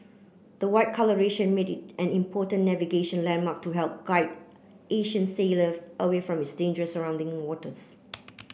the white colouration made it an important navigation landmark to help guide ancient sailor away from its danger surrounding waters